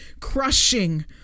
crushing